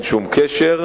אין שום קשר.